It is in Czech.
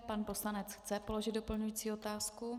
Pan poslanec chce položit doplňující otázku.